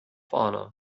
honor